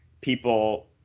people